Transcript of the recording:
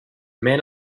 men